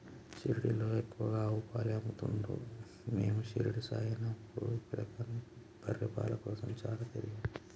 షిరిడీలో ఎక్కువగా ఆవు పాలే అమ్ముతున్లు మీము షిరిడీ పోయినపుడు పిలగాని బర్రె పాల కోసం చాల తిరిగినం